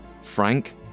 Frank